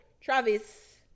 Travis